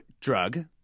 drug